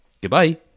Goodbye